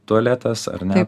tualetas ar ne